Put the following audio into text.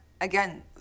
Again